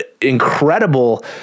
incredible